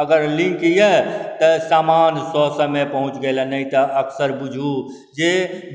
अगर लिन्क अइ तऽ समान ससमय पहुँच गेल अइ नहि तऽ अक्सर बुझू जे